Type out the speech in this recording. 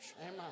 Amen